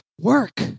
work